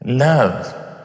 Love